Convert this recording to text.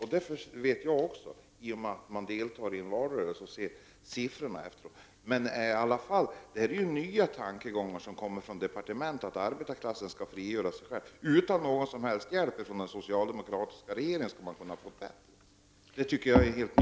Det kände jag också till, eftersom jag tagit del av valresultaten. Men det är nya tankegångar som nu kommer från departementet, nämligen att arbetarklassen skall frigöra sig själv utan någon som helst hjälp från den socialdemokratiska regeringen.